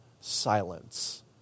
silence